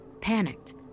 Panicked